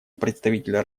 представителя